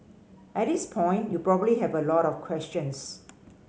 at this point you probably have a lot of questions